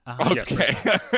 Okay